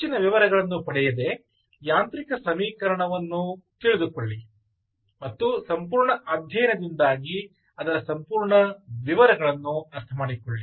ಹೆಚ್ಚಿನ ವಿವರಗಳನ್ನು ಪಡೆಯದೆ ಯಾಂತ್ರಿಕ ಸಮೀಕರಣಗಳನ್ನು ತಿಳಿದುಕೊಳ್ಳಿ ಮತ್ತು ಸಂಪೂರ್ಣ ಅಧ್ಯಯನದಿಂದಾಗಿ ಅದರ ಸಂಪೂರ್ಣ ವಿವರವನ್ನು ಅರ್ಥಮಾಡಿಕೊಳ್ಳಿ